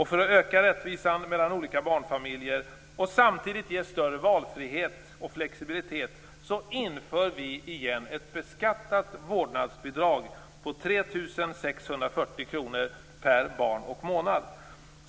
För att öka rättvisan mellan olika barnfamiljer och samtidigt ge större valfrihet och flexibilitet inför vi återigen ett beskattat vårdnadsbidrag på 3 640 kr per barn och månad.